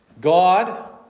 God